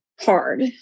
hard